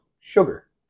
sugar